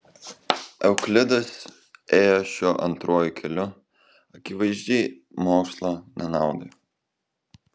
euklidas ėjo šiuo antruoju keliu akivaizdžiai mokslo nenaudai